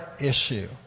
issue